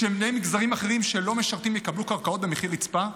ובני מגזרים אחרים שלא משרתים יקבלו קרקעות במחיר רצפה?